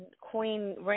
Queen